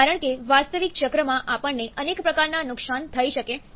કારણ કે વાસ્તવિક ચક્રમાં આપણને અનેક પ્રકારના નુકસાન થઈ શકે છે